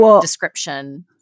description